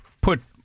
put